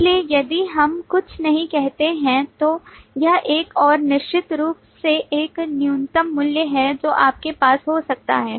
इसलिए यदि हम कुछ नहीं कहते हैं तो यह एक और निश्चित रूप से एक न्यूनतम मूल्य है जो आपके पास हो सकता है